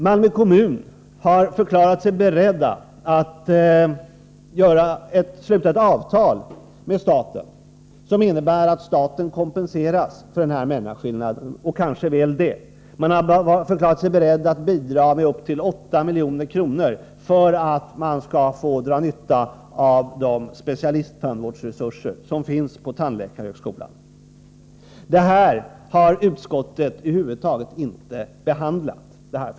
Malmö kommun har förklarat sig beredd att sluta ett avtal med staten som innebär att staten kompenseras för mellanskillnaden och kanske mer än det. Kommunen har förklarat sig beredd att bidra med upp till 8 milj.kr. för att man skall få dra nytta av de specialisttandvårdsresurser som finns på tandläkarhögskolan. Det här förslaget har utskottet över huvud taget inte behandlat.